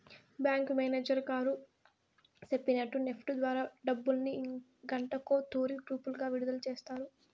bank manager గారు సెప్పినట్టు NEFT ద్వారా డబ్బుల్ని గంటకో తూరి గ్రూపులుగా విడదల సేస్తారు